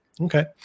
Okay